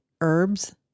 herbs